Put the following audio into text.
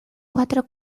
cuatro